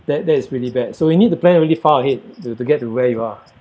that that is pretty bad so we need to plan really far ahead to to get to where you are